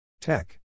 Tech